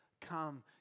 come